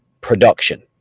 production